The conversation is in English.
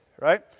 right